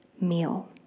meal